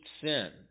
sin